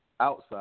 Outside